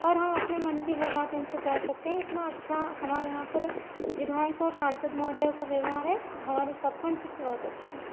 और हम अपने मन की हर बात इनसे कह सकते हैं इतना अच्छा हमारे यहाँ पर विधायक और सांसद महोदय का व्यवहार है हमारे सरपंच भी बहुत अच्छे हैं